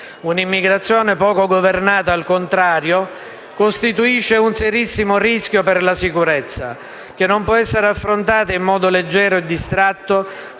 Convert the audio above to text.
Una immigrazione poco governata, al contrario, costituisce un serissimo rischio per la sicurezza, che non può essere affrontato in modo leggero e distratto,